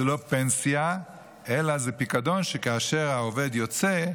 זו לא פנסיה אלא זה פיקדון שכאשר העובד יוצא,